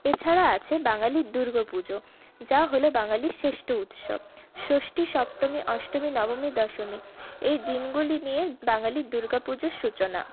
এছাড়া আছে বাঙালির দুর্গপুজো যা হলো বাঙালির শ্রেষ্ঠ উৎসব ষষ্ঠী সপ্তমী অষ্টমী নবমী দশমী এই দিনগুলি নিয়ে বাঙালির দুর্গাপুজোর সূচনা